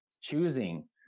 choosing